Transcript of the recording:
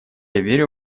верю